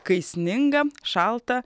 kai sninga šalta